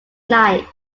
night